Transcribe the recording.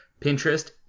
Pinterest